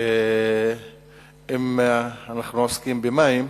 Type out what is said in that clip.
אם אנחנו עוסקים במים,